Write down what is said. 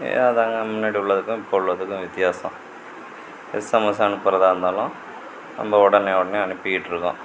அதுதாங்க முன்னாடி உள்ளதுக்கும் இப்போ உள்ளதுக்கும் வித்தியாசம் எஸ்எம்எஸ் அனுப்புறதாக இருந்தாலும் நம்ம உட்னே உடனே அனுப்பிக்கிட்டுருக்கோம்